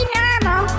normal